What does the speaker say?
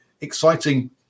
exciting